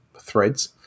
threads